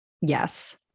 Yes